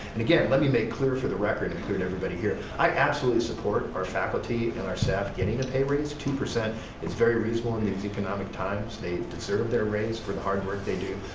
and again let me make clear for the record, and including and everybody here, i absolutely support our faculty and our staff getting a pay raise, two percent is very reasonable in these economic times, they deserve their raise for the hard work they do,